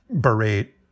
berate